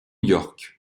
york